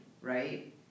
right